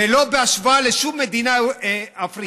ולא בהשוואה לשום מדינה אפריקאית,